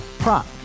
Prop